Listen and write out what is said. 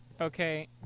okay